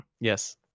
Yes